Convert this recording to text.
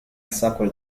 circle